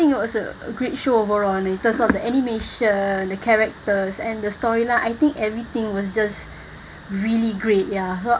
it was a great show overall and in terms of the animation the characters and the story line I think everything was just really great ya